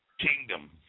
kingdom